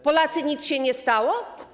Polacy, nic się nie stało?